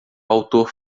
autor